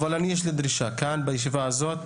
אבל יש לי דרישה כאן בישיבה הזאת.